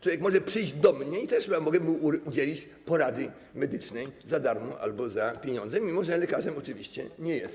Człowiek może przyjść do mnie i też mogę mu udzielić porady medycznej za darmo albo za pieniądze, mimo że lekarzem oczywiście nie jestem.